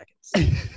seconds